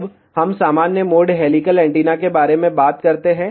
अब हम सामान्य मोड हेलिकल एंटीना के बारे में बात करते हैं